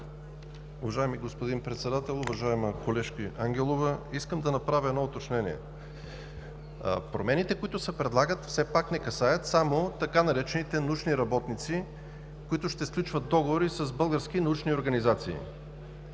Уважаеми господин Председател, уважаема колежке Ангелова! Искам да направя едно уточнение. Промените, които се предлагат, все пак не касаят само така наречените „научни работници“, които ще сключват договори с български научни организации,